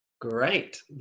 Great